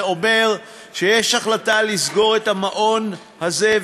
זה אומר שיש החלטה לסגור את המעון הזה,